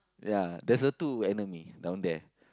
ya there's a two enemy down there